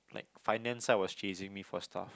like finance side was chasing me for stuff